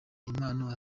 impano